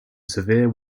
severe